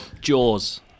Jaws